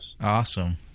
Awesome